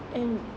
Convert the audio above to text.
and